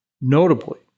Notably